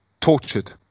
tortured